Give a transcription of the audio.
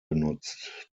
genutzt